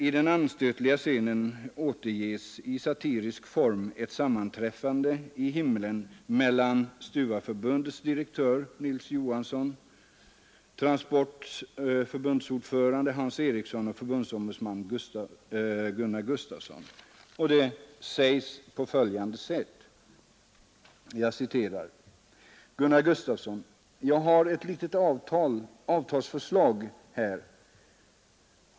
I den anstötliga scenen återges i satirisk form ett sammanträffande i himlen mellan Stuvareförbundets direktör Nils Johansson, Transports förbundsordförande Hans Ericson och förbundsombudsman Gunnar Gustafsson. Den lyder på följande sätt: ”Gunnar Gustafsson: Jag har ett litet avtalsförslag här ...